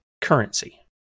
currency